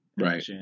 Right